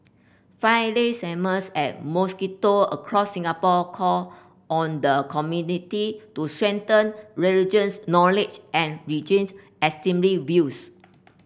Friday sermons at mosquito across Singapore called on the community to strengthen religious knowledge and reject extremist views